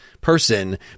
person